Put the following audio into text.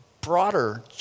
broader